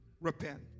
repent